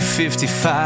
55